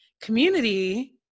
community